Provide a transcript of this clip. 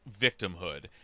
victimhood